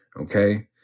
Okay